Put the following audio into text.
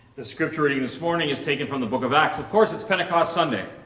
the scripture reading this morning is taken from the book of acts. of course it's pentecost sunday.